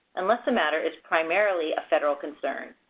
unless the matter is primarily a federal concern.